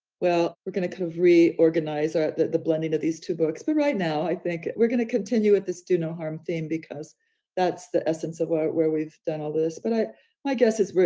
well, we're going to kind of reorganize ah the the blending of these two books, but right now, i think we're going to continue with this do no harm theme because that's the essence of ah where we've done all this but my guess is,